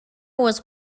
was